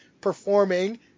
performing